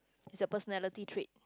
is a personality trait